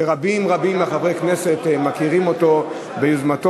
ורבים רבים מחברי הכנסת מכירים אותו ביוזמתו,